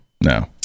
no